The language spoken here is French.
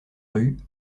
rues